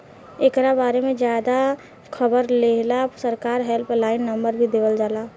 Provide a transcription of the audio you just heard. एकरा बारे में ज्यादे खबर लेहेला सरकार हेल्पलाइन नंबर भी देवल जाला